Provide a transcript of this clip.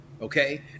Okay